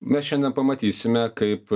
mes šiandien pamatysime kaip